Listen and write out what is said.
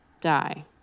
die